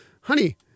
honey